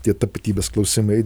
tie tapatybės klausimai